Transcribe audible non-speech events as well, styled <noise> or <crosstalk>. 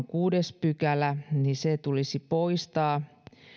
<unintelligible> kuudes pykälä tulisi poistaa